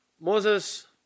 Moses